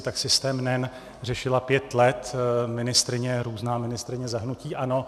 Tak systém NEN řešila pět let ministryně různá ministryně za hnutí ANO.